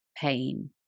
pain